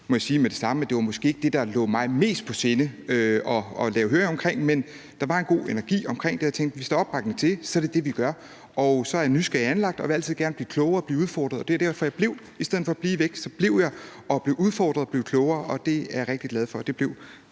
at det måske ikke var det, der lå mig mest på sinde at lave en høring omkring, men der var en god energi omkring det, og jeg tænkte, at hvis der er opbakning til det, er det det, vi gør. Og så er jeg nysgerrig anlagt og vil altid gerne blive klogere og blive udfordret, og det er derfor, jeg blev. I stedet for at blive væk blev jeg der og blev udfordret og blev klogere, og det er jeg rigtig glad for,